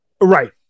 Right